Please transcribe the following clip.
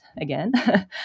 again